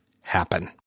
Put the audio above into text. happen